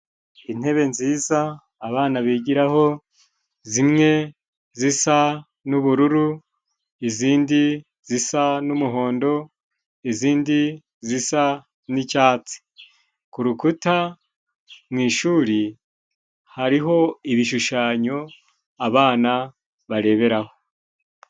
Intebe nziza abana bigiraho. Zimwe zisa n'ubururu, izindi zisa n'umuhondo, izindi zisa n'icyatsi. Ku rukuta mu ishuri, hariho ibishushanyo abana bareberaho.